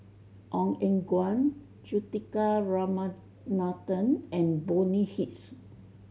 Ong Eng Guan Juthika Ramanathan and Bonny Hicks